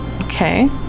Okay